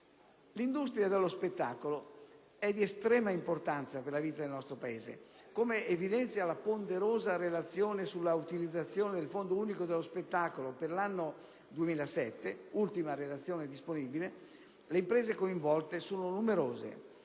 L'industria dello spettacolo è di estrema importanza per la vita del nostro Paese. Come evidenzia la ponderosa relazione sull'utilizzazione del Fondo unico per lo spettacolo dell'anno 2007 (l'ultima relazione disponibile), le imprese coinvolte sono numerose: